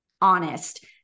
honest